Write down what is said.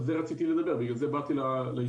על זה רציתי לדבר, לכך באתי לישיבה.